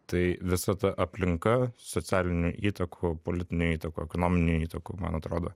tai visa ta aplinka socialinių įtakų politinių įtakų ekonominių įtakų man atrodo